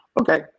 Okay